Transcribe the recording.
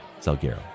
Salguero